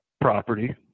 property –